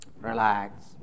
Relax